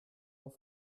auf